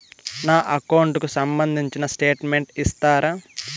నా అకౌంట్ కు సంబంధించిన స్టేట్మెంట్స్ ఇస్తారా